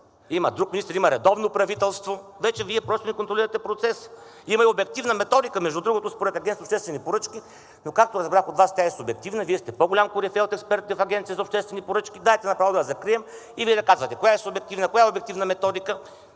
Има друг министър, има редовно правителство, вече Вие просто не контролирате процеса. Има и обективна методика, между другото, според Агенцията за обществени поръчки, но както разбрах от Вас, тя е субективна. Вие сте по-голям корифей от експертите в Агенцията по обществени поръчки. Дайте направо да я закрием и Вие да казвате коя е субективна, коя е обективна методика.